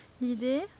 l'idée